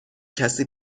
کسی